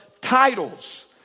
titles